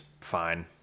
fine